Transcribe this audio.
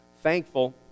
thankful